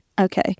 Okay